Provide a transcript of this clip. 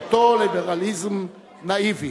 אותו ליברליזם נאיבי.